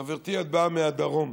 חברתי, את באה מהדרום,